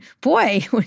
boy